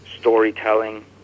storytelling